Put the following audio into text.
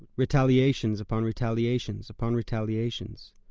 retaliations upon retaliations upon retaliations.